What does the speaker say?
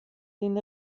den